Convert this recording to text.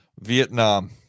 Vietnam